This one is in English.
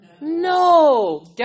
No